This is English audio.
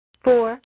Four